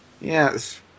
Yes